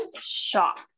shocked